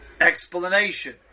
explanation